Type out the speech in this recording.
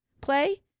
play